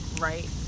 right